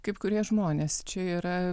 kaip kurie žmonės čia yra